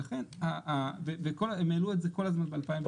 ולכן, הם טענו את זה כל הזמן ב-2016.